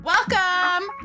Welcome